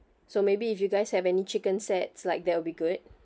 so maybe if you guys have any chicken sets like that would be good